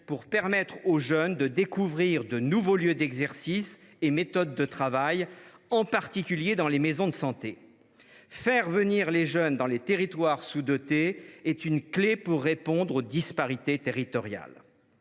pour permettre aux jeunes de découvrir de nouveaux lieux d’exercice et méthodes de travail, en particulier dans les maisons de santé. Faire venir les jeunes dans les territoires sous dotés est une clé pour répondre aux disparités territoriales.